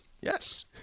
Yes